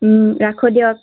ৰাখো দিয়ক